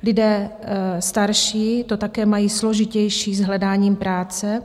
Lidé starší to také mají složitější s hledáním práce.